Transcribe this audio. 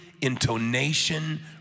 intonation